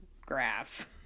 graphs